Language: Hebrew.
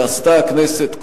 שעשתה הכנסת,